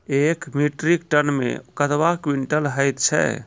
एक metric tonne मे कतवा क्वींटल हैत छै?